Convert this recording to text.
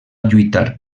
lluitar